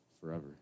Forever